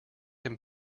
him